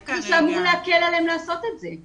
קובעים מנגנונים בירוקרטיים של המדינה במקום להקל קצת על התהליך